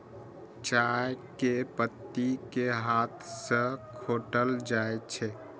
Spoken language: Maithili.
चाय के पत्ती कें हाथ सं खोंटल जाइ छै